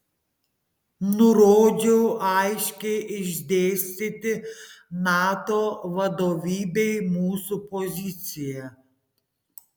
nurodžiau aiškiai išdėstyti nato vadovybei mūsų poziciją